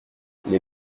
les